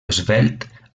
esvelt